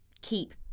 keep